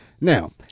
Now